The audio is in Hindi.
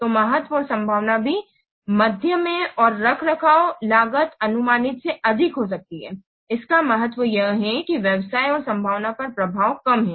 तो महत्व और संभावना भी मध्यम है और रखरखाव लागत अनुमानित से अधिक हो सकती है इसका महत्व यह है कि व्यवसाय और संभावना पर प्रभाव कम है